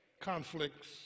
conflicts